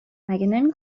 نمی